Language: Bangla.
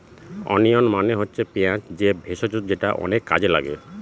ওনিয়ন মানে হচ্ছে পেঁয়াজ যে ভেষজ যেটা অনেক কাজে লাগে